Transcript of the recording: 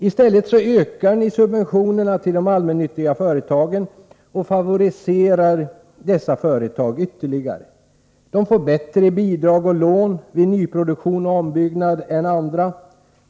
I stället ökar ni subventionerna till de allmännyttiga företagen och favoriserar dessa företag ytterligare. De får bättre bidrag och lån vid nyproduktion och ombyggnad än andra.